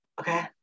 okay